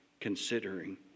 Considering